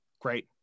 Great